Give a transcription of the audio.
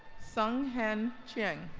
tsung-han chiang